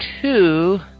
two